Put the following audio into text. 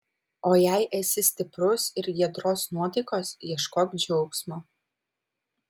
o jei esi stiprus ir giedros nuotaikos ieškok džiaugsmo